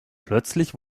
plötzlich